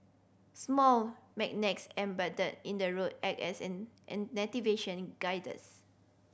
small magnets embedded in the road act as an an navigation guiders